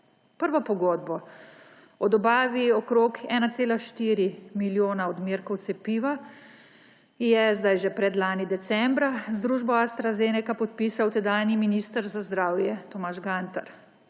Prvo pogodbo o dobavi okrog 1,4 milijona odmerkov cepiva je sedaj že predlani decembra z družbo AstraZeneca podpisal tedanji minister za zdravje Tomaž Gantar.